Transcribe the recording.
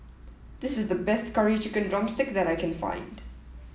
this is the best curry chicken drumstick that I can find